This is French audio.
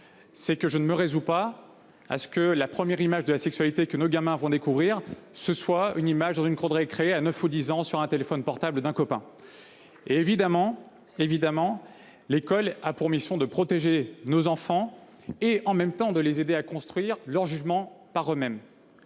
rien. Je ne me résous pas à ce que la première image de la sexualité découverte par un gamin le soit dans une cour de récréation, à 9 ou 10 ans, sur le téléphone portable d’un copain. Évidemment, l’école a pour mission de protéger nos enfants et, en même temps, de les aider à construire leur jugement par eux mêmes.